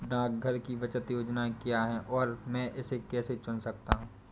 डाकघर की बचत योजनाएँ क्या हैं और मैं इसे कैसे चुन सकता हूँ?